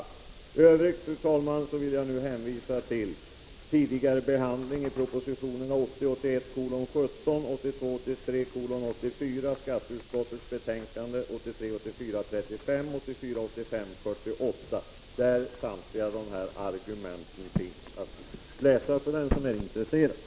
I övrigt, fru talman, vill jag hänvisa till tidigare behandling av dessa frågor i propositionerna 1980 83:84 samt i skatteutskottets betänkanden 1983 85:48, där samtliga argument finns att läsa för den som är intresserad.